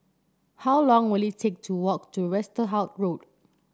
how long will it take to walk to Westerhout Road